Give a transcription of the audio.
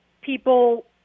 people